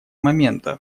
момента